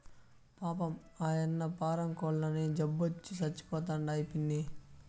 పాపం, ఆయన్న పారం కోల్లన్నీ జబ్బొచ్చి సచ్చిపోతండాయి పిన్నీ